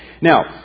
Now